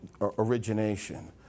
origination